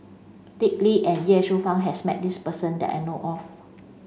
Dick Lee and Ye Shufang has met this person that I know of